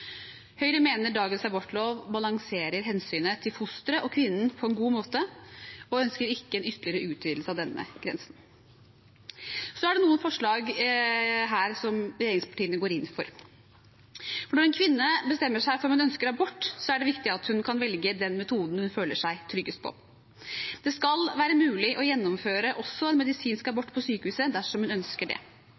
Høyre mener dagens abortlov balanserer hensynet til fosteret og kvinnen på en god måte og ønsker ikke en ytterligere utvidelse av denne grensen. Så er det noen forslag her som regjeringspartiene går inn for, for når en kvinne bestemmer seg for at hun ønsker abort, er det viktig at hun kan velge den metoden hun føler seg tryggest på. Det skal være mulig å gjennomføre også en medisinsk abort på sykehuset, dersom hun ønsker det.